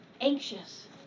Anxious